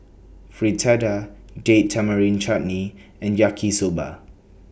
Fritada Date Tamarind Chutney and Yaki Soba